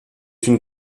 une